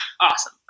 Awesome